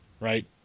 right